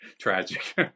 tragic